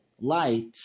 light